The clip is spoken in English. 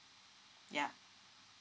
yup